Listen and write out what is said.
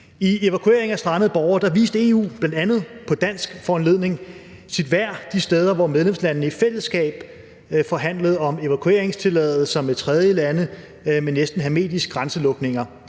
evakuering af strandede borgere viste EU bl.a. på dansk foranledning sit værd de steder, hvor medlemslandene i fællesskab forhandlede om evakueringstilladelser med tredjelande med næsten hermetiske grænselukninger.